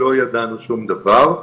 לא ידענו שום דבר.